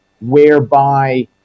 whereby